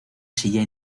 silla